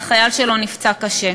והחייל שלו נפצע קשה.